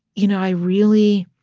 you know, i really